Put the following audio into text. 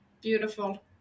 Beautiful